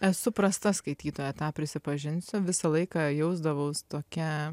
esu prasta skaitytoja tą prisipažinsiu visą laiką jausdavaus tokia